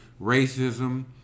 Racism